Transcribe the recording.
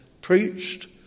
preached